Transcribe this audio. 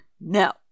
No